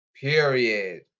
Period